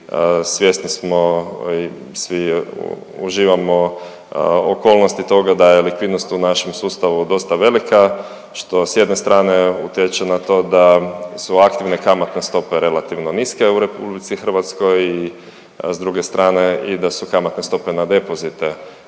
Svjesni smo i svi uživamo okolnosti toga da je likvidnost u našem sustavu dosta velika što s jedne strane utječe na to da su aktivne kamatne stope relativno niske u Republici Hrvatskoj s druge strane i da su kamatne stope na depozite